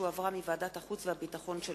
שהחזירה ועדת החוץ והביטחון,